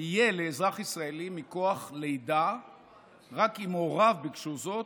יהיה לאזרח ישראלי מכוח לידה רק אם הוריו ביקשו זאת,